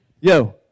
Yo